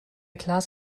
klaas